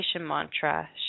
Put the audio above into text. mantra